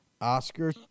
Oscar